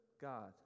God